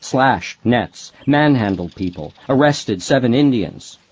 slashed nets, manhandled people, arrested seven indians.